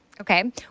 Okay